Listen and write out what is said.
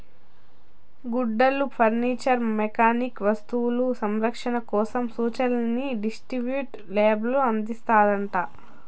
గుడ్డలు furniture mechanical వస్తువులు సంరక్షణ కోసం సూచనలని డిస్క్రిప్టివ్ లేబుల్ అందిస్తాండాది